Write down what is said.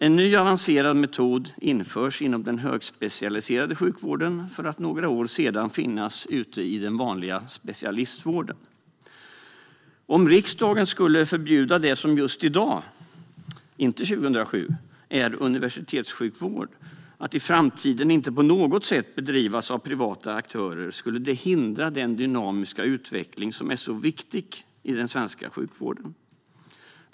En ny avancerad metod införs inom den högspecialiserade sjukvården för att några år senare finnas ute i den vanliga specialistvården. Om riksdagen skulle förbjuda det som är universitetssjukvård just i dag, inte 2007, att i framtiden bedrivas av privata aktörer på något sätt skulle den hindra den dynamiska utveckling som är viktig i den svenska sjukvården.